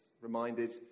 reminded